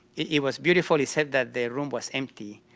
it was beautifully said that the room was empty,